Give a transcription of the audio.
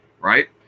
right